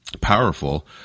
powerful